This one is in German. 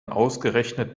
ausgerechnet